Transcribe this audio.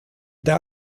der